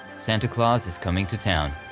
santa claus is coming to town,